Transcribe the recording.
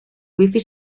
wifi